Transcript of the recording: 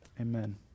Amen